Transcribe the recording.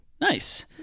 Nice